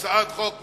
הצעת חוק מתוקנת,